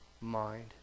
mind